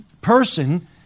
person